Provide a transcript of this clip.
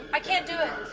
i can't do it!